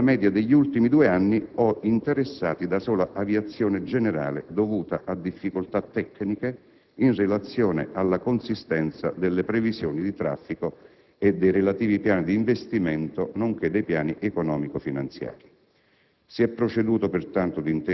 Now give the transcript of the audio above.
passeggeri, nella media degli ultimi due anni o interessati da sola aviazione generale, dovuta a difficoltà tecniche in relazione alla consistenza delle previsioni di traffico e dei relativi piani di investimento, nonché dei piani economico-finanziari.